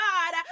God